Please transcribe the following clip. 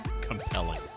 compelling